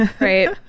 Right